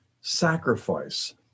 sacrifice